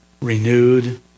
renewed